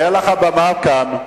היתה לך במה כאן.